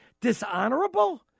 Dishonorable